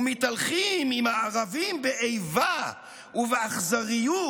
והינם מתהלכים עם הערביים באיבה ובאכזריות,